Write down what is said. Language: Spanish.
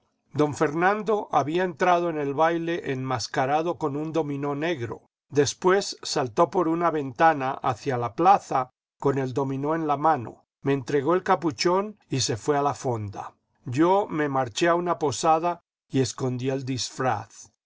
don fernando había entrado en el baile enmascarado con un dominó negro después saltó por una ventana hacia la plaza con el dominó en la mano me entregó el capuchón y se fué a la fonda yo me marché a una posada y escondí el disfraz